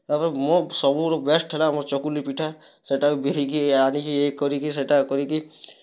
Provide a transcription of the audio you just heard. ତାପରେ ମୋର ସବୁଠୁ ବେଷ୍ଟ ହେଲା ମୋର ଚକୁଲି ପିଠା ସେଇଟା ବିରି କି ଆଣି କି ୟେ କରି କି ସେଇଟା କରି କି